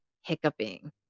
hiccuping